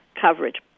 coverage